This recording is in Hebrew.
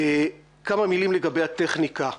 כמה מילים לגבי הטכניקה.